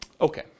Okay